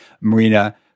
Marina